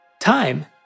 Time